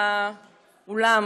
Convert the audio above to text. באולם.